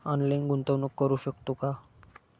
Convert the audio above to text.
Online गुंतवणूक करू शकतो का?